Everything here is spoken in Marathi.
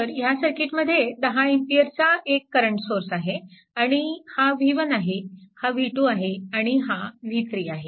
तर ह्या सर्किटमध्ये 10A चा एक करंट सोर्स आहे आणि हा v1 आहे हा v2 आहे आणि हा v3 आहे